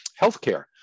healthcare